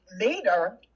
leader